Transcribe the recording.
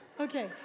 Okay